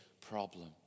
problem